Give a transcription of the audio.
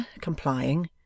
complying